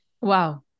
Wow